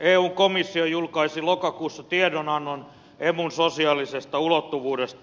eun komissio julkaisi lokakuussa tiedonannon emun sosiaalisesta ulottuvuudesta